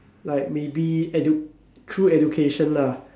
like maybe edu~ through education lah